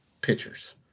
pitchers